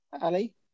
ali